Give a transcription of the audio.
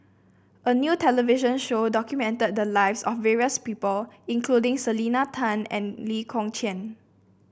a new television show documented the lives of various people including Selena Tan and Lee Kong Chian